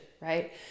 right